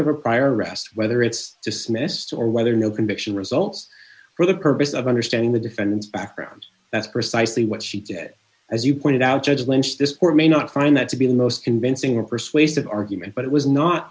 arrest whether it's dismissed or whether no conviction results for the purpose of understanding the defendant's background that's precisely what she did as you pointed out judge lynch this poor may not find that to be the most convincing a persuasive argument but it was not